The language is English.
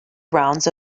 rounds